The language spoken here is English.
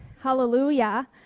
Hallelujah